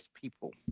people